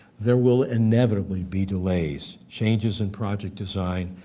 there will inevitably be delays, changes in project design,